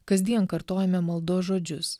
kasdien kartojame maldos žodžius